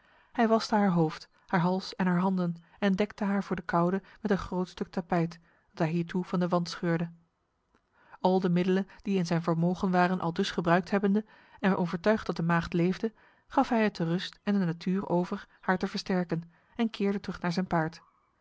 hij waste haar hoofd haar hals en haar handen en dekte haar voor de koude met een groot stuk tapijt dat hij hiertoe van de wand scheurde al de middelen die in zijn vermogen waren aldus gebruikt hebbende en overtuigd dat de maagd leefde gaf hij het de rust en de natuur over haar te versterken en keerde terug naar zijn paard